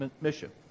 mission